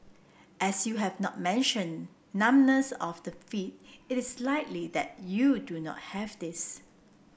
as you have not mentioned numbness of the feet it is likely that you do not have this